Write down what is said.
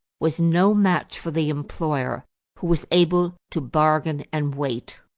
was no match for the employer who was able to bargain and wait.